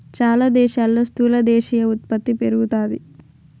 చాలా దేశాల్లో స్థూల దేశీయ ఉత్పత్తి పెరుగుతాది